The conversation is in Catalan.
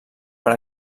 per